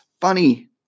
funny